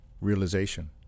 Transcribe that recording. realization